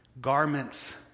garments